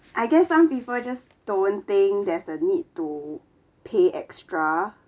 I guess some people just don't think there's a need to pay extra